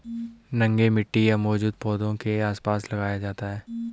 नंगे मिट्टी या मौजूदा पौधों के आसपास लगाया जाता है